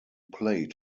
played